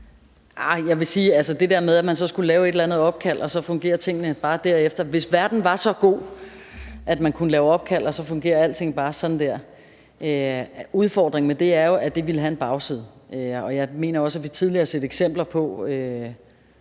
det der med, at man så skulle lave et eller andet opkald, og så fungerer tingene bare derefter, at sådan er det ikke – verden er ikke så god, at man kunne lave opkald, og så fungerer alting bare sådan der. Udfordringen med det er jo også, at det ville have en bagside. Jeg mener også, at vi tidligere har set eksempler,